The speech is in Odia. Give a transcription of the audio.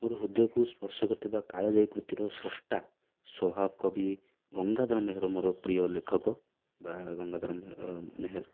ହୃଦୟକୁ ସ୍ପର୍ଶ କରୁଥିବା କାଳଜୟୀକୃତିର ଶ୍ରଷ୍ଠା ସୌଭାବ କବି ଗଙ୍ଗାଧର ମେହେର ମୋର ପ୍ରିୟ ଲେଖକ ବା ଗଙ୍ଗାଧର ମେହେର